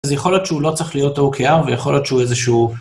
אז יכול להיות שהוא לא צריך להיות הOKR, ויכול להיות שהוא איזשהו...